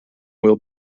will